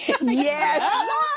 Yes